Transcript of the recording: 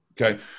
Okay